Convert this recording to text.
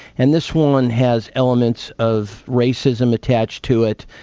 and this one has elements of racism attached to it,